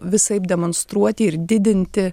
visaip demonstruoti ir didinti